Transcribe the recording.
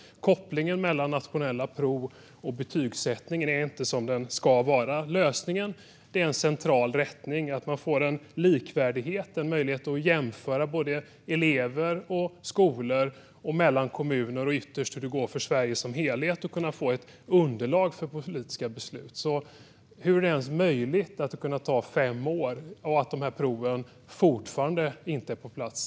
Kopplingen mellan nationella prov och betygssättningen är inte som den ska vara. Lösningen är en central rättning så att man får en likvärdighet och en möjlighet att jämföra både elever och skolor och mellan kommuner och ytterst hur det går för Sverige som helhet för att kunna få ett underlag för politiska beslut. Hur är det ens möjligt att det har kunnat ta fem år och att proven fortfarande inte är på plats?